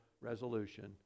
resolution